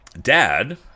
dad